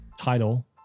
title